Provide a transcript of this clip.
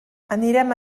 anirem